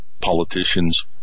politicians